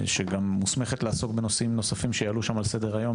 שמוסמכת גם לעסוק בנושאים נוספים שיעלו לסדר-היום שם,